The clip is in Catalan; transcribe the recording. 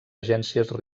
agències